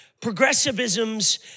progressivism's